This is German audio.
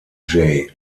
jay